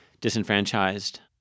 disenfranchised—